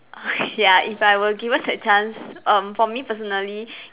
ya if I were given that chance um for me personally